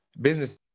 business